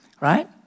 right